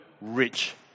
rich